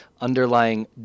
underlying